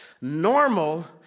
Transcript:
Normal